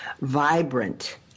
vibrant